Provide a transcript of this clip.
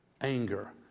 anger